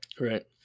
Right